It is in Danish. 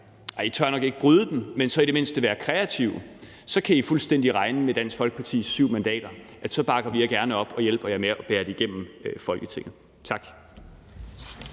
tør nok ikke bryde dem – så kan den fuldstændig regne med Dansk Folkepartis syv mandater. Så bakker vi gerne regeringen op og hjælper med at bære det igennem Folketinget. Tak.